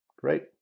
Great